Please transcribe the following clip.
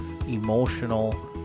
emotional